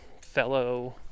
fellow